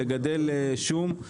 לגדל שום,